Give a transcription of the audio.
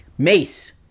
Mace